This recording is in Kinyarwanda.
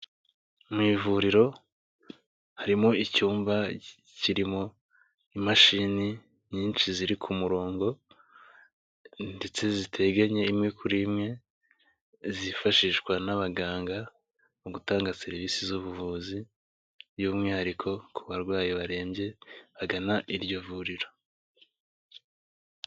Mu ivuriro harimo icyumba kirimo imashini nyinshi ziri ku murongo ndetse ziteganye imwe kuri imwe, zifashishwa n'abaganga mu gutanga serivisi z'ubuvuzi, by'umwihariko ku barwayi barembye bagana iryo vuriro.